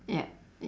ya